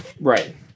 Right